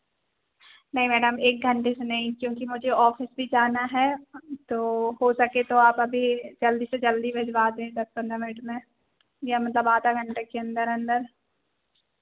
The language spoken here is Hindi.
नहीं मैडम एक घंटे से नहीं क्योंकि मुझे ऑफिस भी जाना है तो हो सके तो आप अभी जल्दी से जल्दी भिजवा दें दस पंद्रह मिनट में या मतलब आधा घंटे के अंदर अंदर